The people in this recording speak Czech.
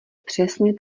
přesně